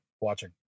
watching